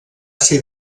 ser